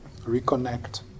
reconnect